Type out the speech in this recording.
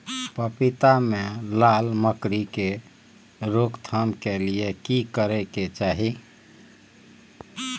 पपीता मे लाल मकरी के रोक थाम के लिये की करै के चाही?